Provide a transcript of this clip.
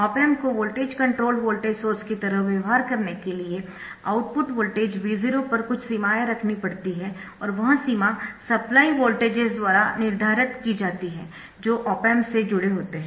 op amp को voltage controlled voltage source की तरह व्यवहार करने के लिए आउटपुट वोल्टेज V0 पर कुछ सीमाएँ रखनी पड़ती है और वह सीमा सप्लाई वोल्टेजेस द्वारा निर्धारित की जाती है जो ऑप एम्प से जुड़े होते है